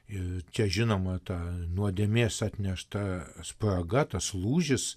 ir čia žinoma ta nuodėmės atnešta spraga tas lūžis